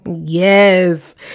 Yes